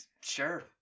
Sure